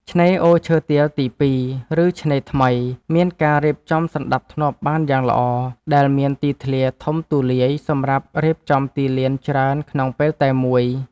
ឆ្នេរអូរឈើទាលទី២ ឬឆ្នេរថ្មី មានការរៀបចំសណ្ដាប់ធ្នាប់បានយ៉ាងល្អ ដែលមានទីធ្លាធំទូលាយសម្រាប់រៀបចំទីលានច្រើនក្នុងពេលតែមួយ។